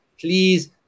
please